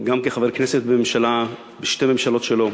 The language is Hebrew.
גם כחבר כנסת וממשלה בשתי ממשלות שלו,